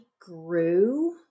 grew